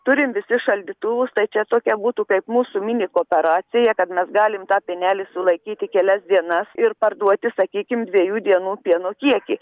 turim visi šaldytuvus tai čia tokia būtų kaip mūsų mini kooperacija kad mes galim tą pienelį sulaikyti kelias dienas ir parduoti sakykim dviejų dienų pieno kiekį